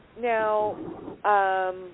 Now